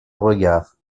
regard